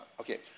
Okay